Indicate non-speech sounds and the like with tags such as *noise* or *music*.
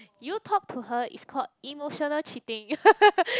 you talk to her is called emotional cheating *laughs*